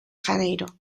janeiro